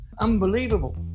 Unbelievable